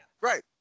right